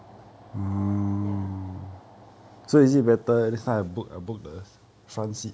ya